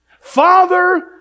Father